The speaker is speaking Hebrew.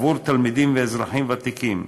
עבור תלמידים ואזרחים ותיקים,